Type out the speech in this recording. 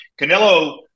Canelo